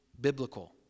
biblical